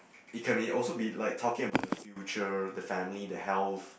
it can be also be like talking about the future the family the health